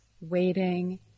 waiting